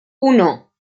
uno